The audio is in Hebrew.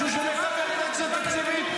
יש פה מישהו שמקבל פנסיה תקציבית,